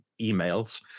emails